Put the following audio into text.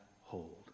hold